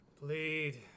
Plead